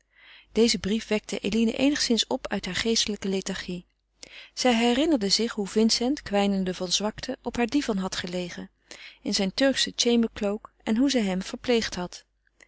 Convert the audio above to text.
deze brief wekte eline eenigszins op uit hare geestelijke lethargie zij herinnerde zich hoe vincent kwijnende van zwakte op haren divan had gelegen in zijn turkschen chambercloak en hoe zij hem verpleegd had